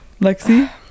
Lexi